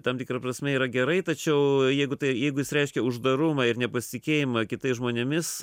tam tikra prasme yra gerai tačiau jeigu tai jeigu jis reiškia uždarumą ir nepasitikėjimą kitais žmonėmis